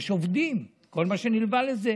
יש עובדים, כל מה שנילווה לזה,